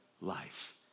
life